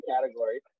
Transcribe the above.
category